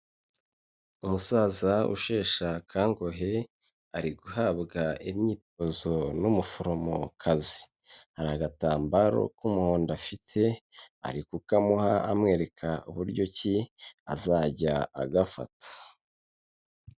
Umusaza usheshe akanguhe ari guhabwa imyitozo n'umuforomokazi. Hari agatambaro k'umuhondo afite, ari kukamuha amwereka uburyo ki azajya agafata.